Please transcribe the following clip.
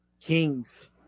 kings